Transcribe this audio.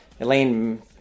Elaine